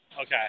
okay